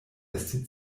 esti